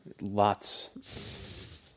Lots